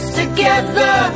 together